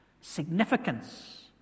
significance